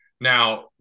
Now